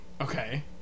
Okay